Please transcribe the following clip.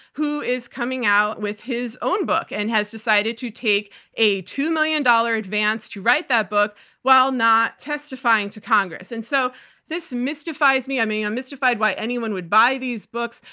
who is coming out with his own book, and has decided to take a two-million-dollar advance to write that book while not testifying to congress. and so this mystifies me. i mean, i'm mystified why anyone would buy these books.